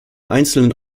einzelnen